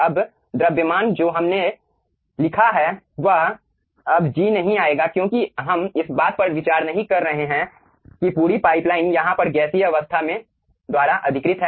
अब द्रव्यमान जो हमें लिखना है वह अब G नहीं आएगा क्योंकि हम इस बात पर विचार नहीं कर रहे हैं कि पूरी पाइपलाइन यहाँ पर गैसीय अवस्था में द्वारा अधिकृत है